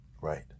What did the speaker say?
right